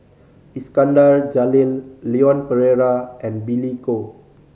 Iskandar Jalil Leon Perera and Billy Koh